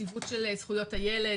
הנציבות של זכויות הילד,